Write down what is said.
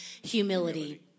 Humility